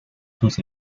sus